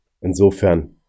Insofern